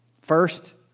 first